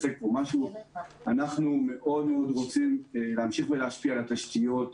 אנחנו מאוד רוצים להמשיך ולהשפיע על התשתיות.